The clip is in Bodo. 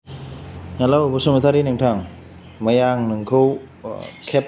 हेलौ बसुमतारी नोंथां मैया आं नोंखौ खेब